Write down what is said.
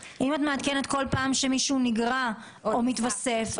אם את מעדכנת כל פעם שמישהו נגרע או מתווסף?